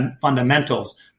fundamentals